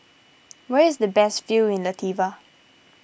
where is the best view in Latvia